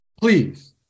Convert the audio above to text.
Please